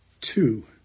Two